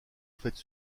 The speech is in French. faites